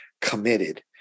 committed